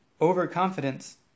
overconfidence